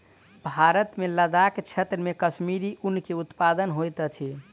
भारत मे लदाख क्षेत्र मे कश्मीरी ऊन के उत्पादन होइत अछि